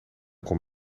kom